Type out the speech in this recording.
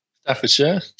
Staffordshire